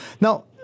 Now